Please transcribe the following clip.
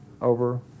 over